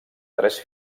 tres